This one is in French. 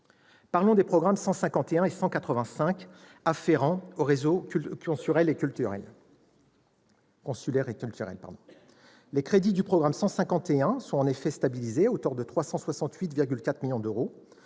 maintenant des programmes 151 et 185 afférents aux réseaux consulaire et culturel. Les crédits du programme 151 sont en effet stabilisés, à hauteur de 368,4 millions d'euros.